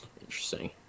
Interesting